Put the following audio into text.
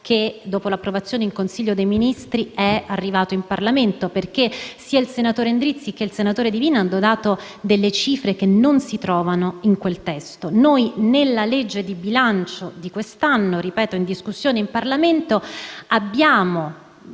che, dopo l'approvazione in Consiglio dei Ministri, è arrivato in Parlamento. Infatti, sia il senatore Endrizzi che il senatore Divina hanno citato cifre che non si trovano in quel testo. Nella legge di bilancio di quest'anno, ripeto, in discussione in Parlamento, credo